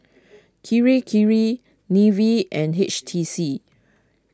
Kirei Kirei Nivea and H T C